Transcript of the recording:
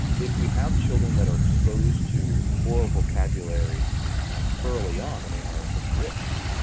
if we have children that are exposed to oral vocabulary early on and they are enriched,